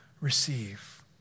receive